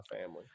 family